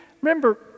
remember